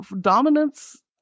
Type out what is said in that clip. dominance